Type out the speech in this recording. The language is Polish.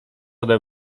ode